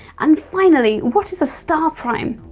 and finally, what is a star prime?